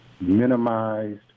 minimized